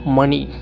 money